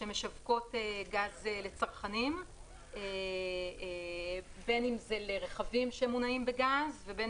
שמשווקות גז לצרכנים בין לרכבים שמונעים בגז ובין